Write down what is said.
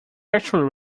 actually